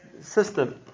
system